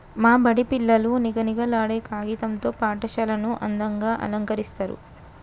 మా బడి పిల్లలు నిగనిగలాడే కాగితం తో పాఠశాలను అందంగ అలంకరిస్తరు